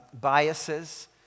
biases